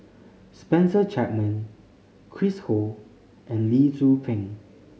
Spencer Chapman Chris Ho and Lee Tzu Pheng